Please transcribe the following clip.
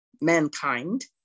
mankind